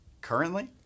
Currently